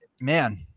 man